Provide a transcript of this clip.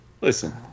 Listen